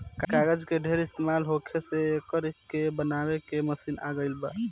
कागज के ढेर इस्तमाल होखे से एकरा के बनावे के मशीन आ गइल बा